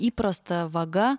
įprasta vaga